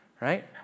Right